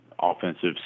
offensive